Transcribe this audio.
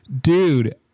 dude